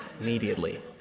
immediately